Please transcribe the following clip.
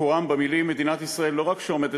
ביקורם במילים: מדינת ישראל לא רק עומדת